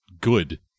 good